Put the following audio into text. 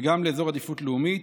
וגם לאזורי עדיפות לאומית,